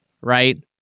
right